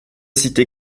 citer